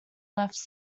left